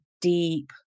deep